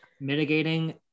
mitigating